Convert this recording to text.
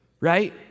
right